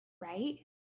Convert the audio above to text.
right